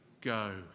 go